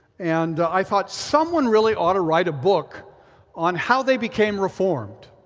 and i thought someone really ought to write a book on how they became reformed